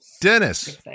Dennis